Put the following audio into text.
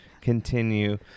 continue